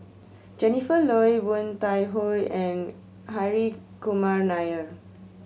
Jennifer Yeo Woon Tai Ho and Hri Kumar Nair